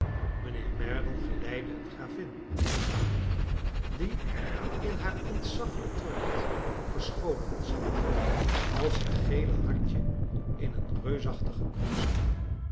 mijnheer merdle geleidde een gravin aan tafel die in haar ontzaglijk toilet verscholen zat als het gele hartje in een reusachtige krob sla